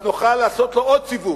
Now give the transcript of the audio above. אז נוכל לעשות לו עוד סיבוב.